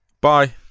bye